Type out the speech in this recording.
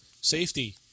safety